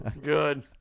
Good